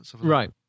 Right